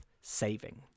saving